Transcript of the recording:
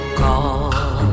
call